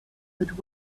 but